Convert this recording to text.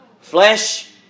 flesh